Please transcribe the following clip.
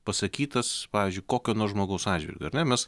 pasakytas pavyzdžiui kokio nors žmogaus atžvilgiu ar ne mes